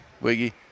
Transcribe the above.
Wiggy